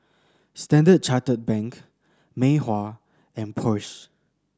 Standard Chartered Bank Mei Hua and Porsche